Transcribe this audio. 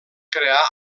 crear